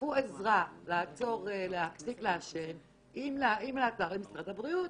עזרה להפסיק לעשן עם הפנייה למשרד הבריאות.